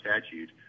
statute